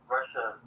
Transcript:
Russia